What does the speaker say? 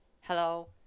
Hello